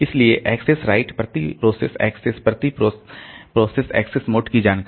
इसलिए access right प्रति process access प्रति प्रोसेस एक्सेस मोड की जानकारी